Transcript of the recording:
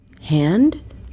Hand